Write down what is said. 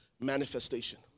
manifestation